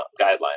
guidelines